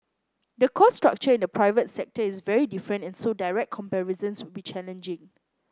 the cost structure in the private sector is very different and so direct comparisons would be challenging